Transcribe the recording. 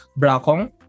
Brakong